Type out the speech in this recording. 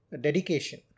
dedication